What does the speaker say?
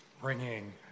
bringing